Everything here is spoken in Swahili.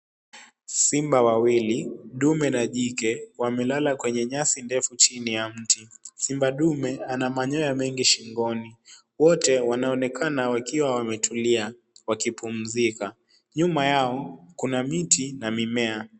Simba wawili, ndume na jike, wamelala kwenye nyasi ndefu chini ya mti. Simba ndume ana manyoya mengi shingoni. Wote wanaonekana wakiwa wametulia wakipumzika. Nyuma yao kuna miti na mimea.